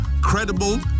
credible